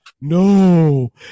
No